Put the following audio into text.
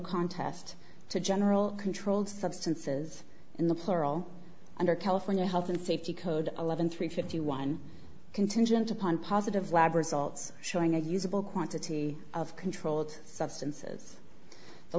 contest to general controlled substances in the plural under california health and safety code eleven three fifty one contingent upon positive lab results showing a usable quantity of controlled substances the